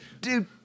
Dude